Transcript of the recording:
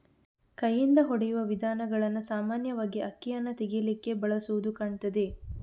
ಕೈಯಿಂದ ಹೊಡೆಯುವ ವಿಧಾನಗಳನ್ನ ಸಾಮಾನ್ಯವಾಗಿ ಅಕ್ಕಿಯನ್ನ ತೆಗೀಲಿಕ್ಕೆ ಬಳಸುದು ಕಾಣ್ತದೆ